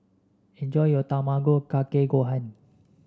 enjoy your Tamago Kake Gohan